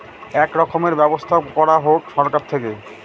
এক রকমের ব্যবস্থাপনা করা হোক সরকার থেকে